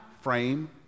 frame